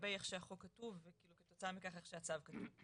לגבי איך שהחוק כתוב, וכתוצאה מכך איך הצו כתוב.